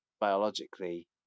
biologically